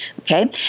Okay